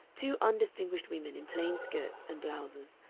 two undistinguished women in plain skirts and blouses,